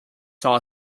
saw